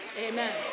Amen